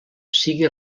sigui